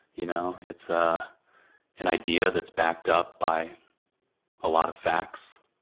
you know it's ah an idea that's backed up by a lot of facts.